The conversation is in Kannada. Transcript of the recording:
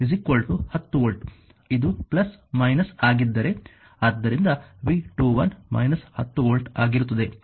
ಆದ್ದರಿಂದ V12 10 ವೋಲ್ಟ್ ಇದು − ಆಗಿದ್ದರೆ ಆದ್ದರಿಂದ V21 − 10 ವೋಲ್ಟ್ ಆಗಿರುತ್ತದೆ